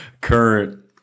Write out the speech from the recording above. current